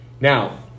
Now